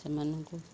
ସେମାନଙ୍କୁ